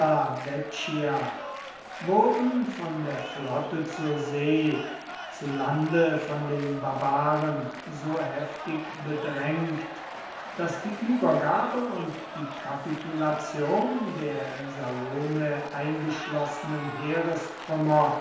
wurden von der flotte zur see zu lande von den barbaren so heftig bedrängt daß die übergabe und die kapitulation der in salome eingeschlossenen